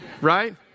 Right